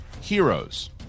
Heroes